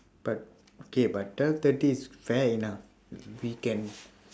but okay but twelve thirty is fair enough we can